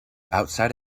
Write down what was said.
outside